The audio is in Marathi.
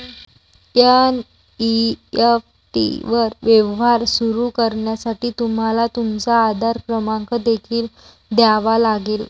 एन.ई.एफ.टी वर व्यवहार सुरू करण्यासाठी तुम्हाला तुमचा आधार क्रमांक देखील द्यावा लागेल